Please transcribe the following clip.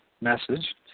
message